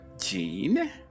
Gene